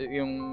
yung